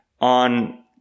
on